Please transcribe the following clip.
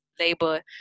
labor